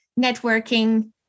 networking